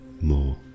more